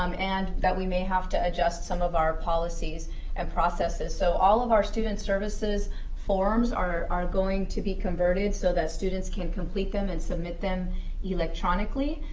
um and that we may have to adjust some of our policies and processes. so all of our student services forms are going to be converted so that students can complete them and submit them electronically.